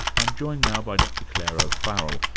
i'm joined now by dr clare o'farrell,